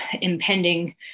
impending